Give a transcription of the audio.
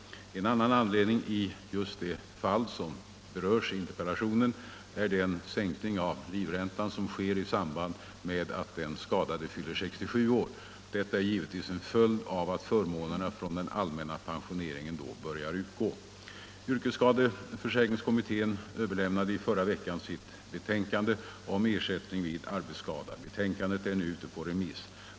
En annan anledning i just det fall som berörs i interpellationen är den sänkning av livräntan som sker i samband med att den skadade fyller 67 år. Detta är givetvis en följd av att förmånerna från den allmänna pensioneringen då börjar utgå. Yrkesskadeförsäkringskommittén överlämnade i förra veckan sitt betänkande om ersättning vid arbetsskada. Betänkandet är nu ute på remiss.